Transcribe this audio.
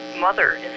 mother